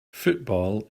football